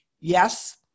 Yes